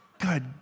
good